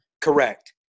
Correct